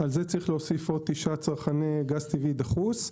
על זה צריך להוסיף עוד תשעה צרכני גז טבעי דחוס.